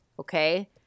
Okay